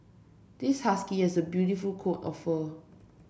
this husky has a beautiful coat of fur